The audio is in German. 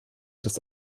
des